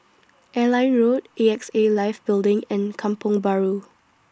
Airline Road A X A Life Building and Kampong Bahru